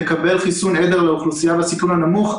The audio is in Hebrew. תקבל חיסון עדר לאוכלוסייה בסיכון הנמוך,